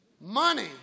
money